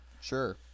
Sure